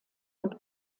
und